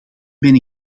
ben